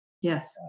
Yes